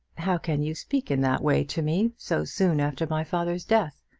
how can you speak in that way to me so soon after my father's death?